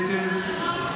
This is,